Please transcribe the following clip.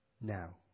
now